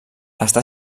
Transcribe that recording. està